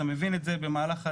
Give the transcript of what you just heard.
אתה מבין את זה במהלך הדיון,